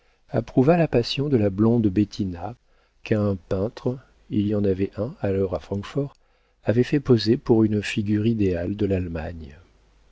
approuva la passion de la blonde bettina qu'un peintre il y en avait un alors à francfort avait fait poser pour une figure idéale de l'allemagne